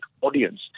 audience